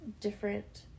different